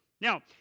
Now